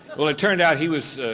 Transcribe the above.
well, it turned out he was,